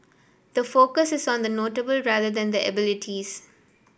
the focus is on the not able rather than the abilities